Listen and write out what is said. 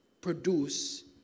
produce